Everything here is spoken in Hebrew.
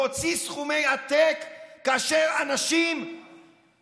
איך אין לכם את הבושה להוציא סכומי עתק כאשר אנשים literally,